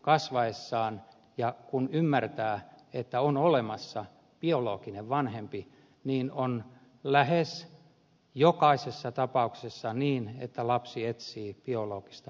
lapsen kasvaessa kun hän ymmärtää että on olemassa biologinen vanhempi on lähes jokaisessa tapauksessa niin että lapsi etsii biologista vanhempaansa